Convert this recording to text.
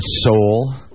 soul